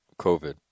COVID